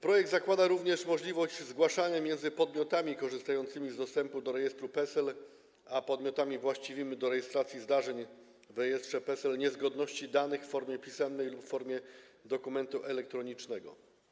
Projekt zakłada również możliwość zgłaszania w relacjach między podmiotami korzystającymi z dostępu do rejestru PESEL a podmiotami właściwymi do rejestracji zdarzeń w rejestrze PESEL niezgodności danych w formie pisemnej lub formie dokumentu elektronicznego.